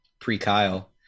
pre-Kyle